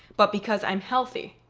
but because i'm healthy.